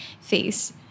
face